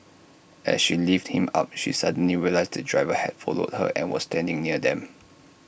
as she lifted him up she suddenly realised the driver had followed her and was standing near them